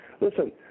Listen